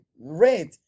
red